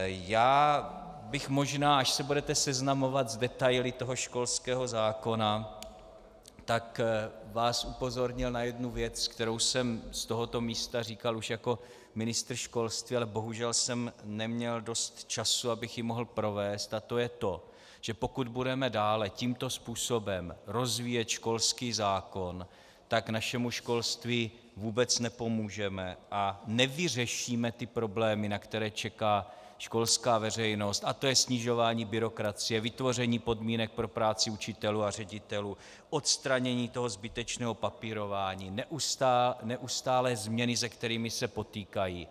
Já bych vás možná, až se budete seznamovat s detaily školského zákona, upozornil na jednu věc, kterou jsem z tohoto místa říkal už jako ministr školství, ale bohužel jsem neměl dost času, abych ji mohl provést, a to je to, že pokud budeme dále tímto způsobem rozvíjet školský zákon, tak našemu školství vůbec nepomůžeme a nevyřešíme ty problémy, na které čeká školská veřejnost, a to je snižování byrokracie, vytvoření podmínek pro práci učitelů a ředitelů, odstranění zbytečného papírování, neustálé změny, s kterými se potýkají.